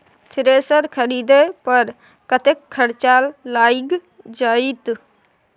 Thresher खरीदे पर कतेक खर्च लाईग जाईत?